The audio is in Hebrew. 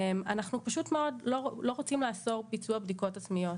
אנחנו פשוט מאוד לא רוצים לאסור ביצוע בדיקות עצמיות.